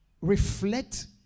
reflect